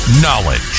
Knowledge